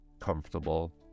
comfortable